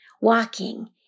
walking